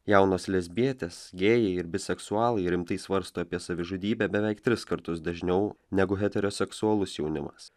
jaunos lesbietės gėjai ir biseksualai rimtai svarsto apie savižudybę beveik tris kartus dažniau negu heteroseksualus jaunimas